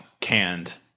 canned